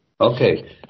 Okay